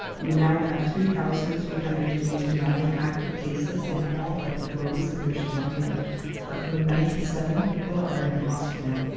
we now have three thousand three hundred and eighty nine active cases in all health authorities in british columbia of him ninety seven people are in hospital. ah